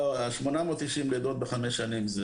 המספר 890 לידות בחמש שנים,